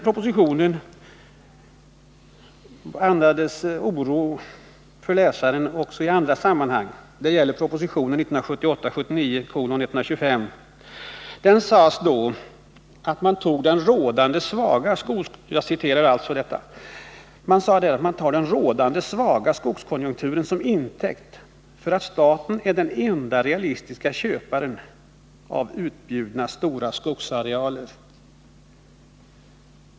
Propositionen 1978/79:125 ingav läsaren oro även på annat sätt. Där skrevs att man tog ”rådande svaga skogsindustrikonjunkturer som intäkt för att staten är den ende realistiske köparen av nu utbjudna stora skogsarealer”.